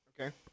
Okay